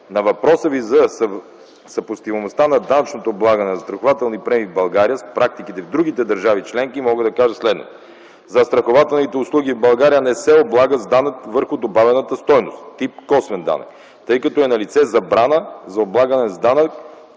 На въпроса Ви за съпоставимостта на данъчното облагане на застрахователни премии в България с практиките в другите държави членки мога да кажа следното. Застрахователните услуги в България не се облагат с данък върху добавената стойност, тип косвен данък, тъй като е налице забрана за облагане с данък